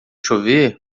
chover